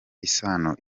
isano